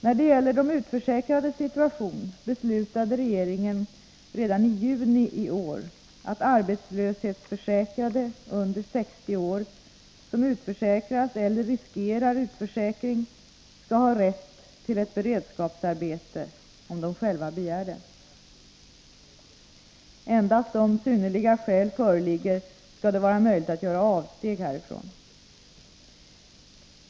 När det gäller de utförsäkrades situation beslutade regeringen redan i juni i år att arbetslöshetsförsäkrade under 60 år som utförsäkrats eller riskerar utförsäkring skall ha rätt till ett beredskapsarbete om de själva begär det. Endast om synnerliga skäl föreligger skall det vara möjligt att göra avsteg härifrån.